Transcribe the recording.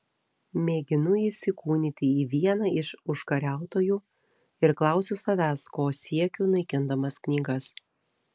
mėginu įsikūnyti į vieną iš užkariautojų ir klausiu savęs ko siekiu naikindamas knygas